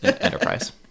enterprise